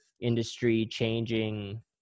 Industry-changing